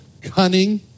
cunning